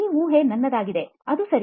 ಈ ಊಹೆ ನನ್ನದಾಗಿದೆ ಅದು ಸರಿ